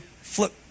flip